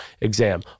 exam